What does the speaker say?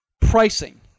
Pricing